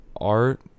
art